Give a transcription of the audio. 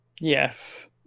Yes